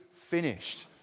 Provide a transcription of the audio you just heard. finished